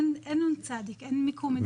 אין נ"צ, אין מיקום מדויק.